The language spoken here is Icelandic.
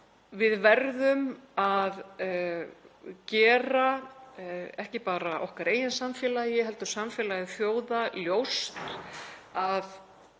Við verðum að gera ekki bara okkar eigin samfélagi heldur samfélagi þjóða ljóst að